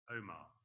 Omar